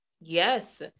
Yes